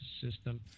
system